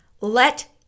Let